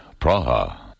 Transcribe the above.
Praha